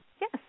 Yes